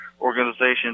organization